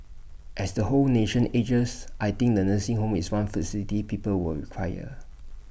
as the whole nation ages I think the nursing home is one facility people will require